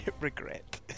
regret